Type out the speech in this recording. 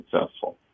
successful